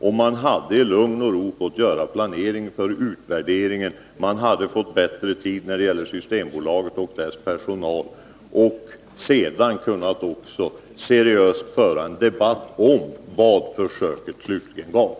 Då skulle man i lugn och ro kunna göra en planering för utvärderingen, och man skulle få mera tid för frågor som gäller Systembolaget och dess personal. Därefter kunde man ha fört en seriös debatt om vilket resultat försöket slutligen gav.